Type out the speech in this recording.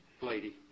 lady